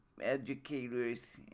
educators